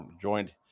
joined